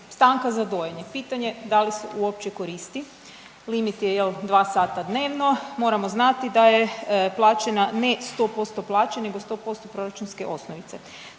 stanka za dojenje, pitanje da li se uopće koristi, limit je jel 2 sata dnevno. Moramo znati da je plaćana, ne 100% plaće nego 100% proračunske osnovice.